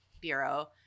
Bureau